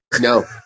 No